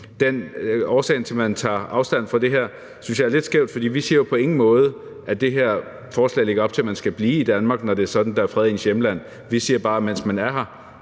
årsag til, at man tager afstand fra det her, synes jeg er lidt skæv, for vi siger jo på ingen måde, at det her forslag lægger op til, at man skal blive i Danmark, når det er sådan, at der er fred i ens hjemland. Vi siger bare, at mens man er her,